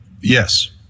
Yes